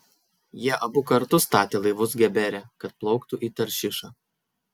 jie abu kartu statė laivus gebere kad plauktų į taršišą